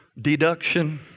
deduction